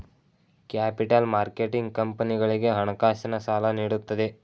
capital marketing ಕಂಪನಿಗಳಿಗೆ ಹಣಕಾಸಿನ ಸಾಲ ನೀಡುತ್ತದೆ